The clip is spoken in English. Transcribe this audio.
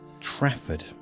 Trafford